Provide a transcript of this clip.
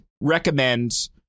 recommend